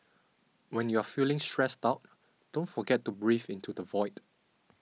when you are feeling stressed out don't forget to breathe into the void